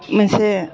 मोनसे